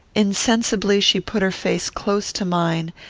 insensibly she put her face close to mine,